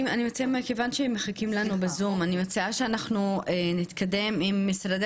מכיוון שמחכים לנו בזום אני מציעה שנתקדם עם משרדי